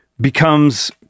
becomes